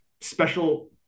special